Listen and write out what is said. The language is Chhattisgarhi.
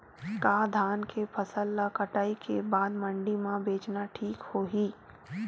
का धान के फसल ल कटाई के बाद मंडी म बेचना ठीक होही?